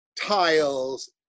tiles